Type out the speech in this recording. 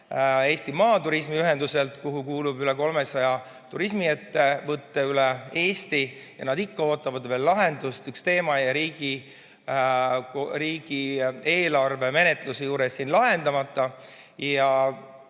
Eesti maaturismi ühenduselt, kuhu kuulub üle 300 turismiettevõtte üle Eesti. Nad ikka ootavad veel lahendust, üks teema jäi riigieelarve menetluse juures lahendamata.